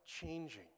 changing